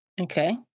Okay